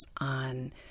on